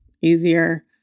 easier